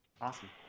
awesome